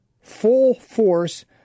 full-force